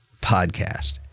podcast